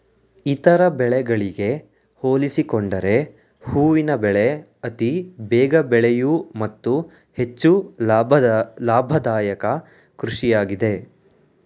ಇತರ ಬೆಳೆಗಳಿಗೆ ಹೋಲಿಸಿಕೊಂಡರೆ ಹೂವಿನ ಬೆಳೆ ಅತಿ ಬೇಗ ಬೆಳೆಯೂ ಮತ್ತು ಹೆಚ್ಚು ಲಾಭದಾಯಕ ಕೃಷಿಯಾಗಿದೆ